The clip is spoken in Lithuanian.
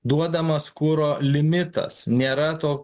duodamos kuro limitas nėra to